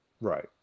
Right